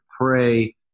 pray